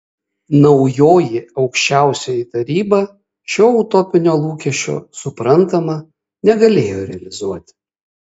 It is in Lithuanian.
naujoji aukščiausioji taryba šio utopinio lūkesčio suprantama negalėjo realizuoti